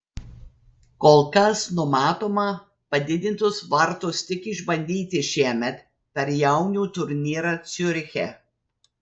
kol kas numatoma padidintus vartus tik išbandyti šiemet per jaunių turnyrą ciuriche